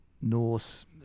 norse